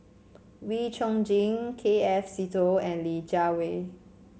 Wee Chong Jin K F Seetoh and Li Jiawei